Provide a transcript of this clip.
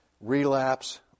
relapse